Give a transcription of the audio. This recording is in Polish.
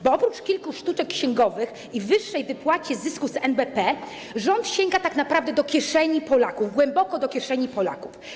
Bo oprócz kilku sztuczek księgowych i wyższej wypłaty zysku z NBP rząd sięga tak naprawdę do kieszeni Polaków - głęboko do kieszeni Polaków.